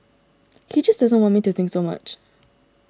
he just doesn't want me to think so much